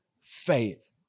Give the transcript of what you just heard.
faith